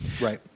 Right